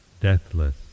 deathless